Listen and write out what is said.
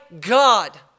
God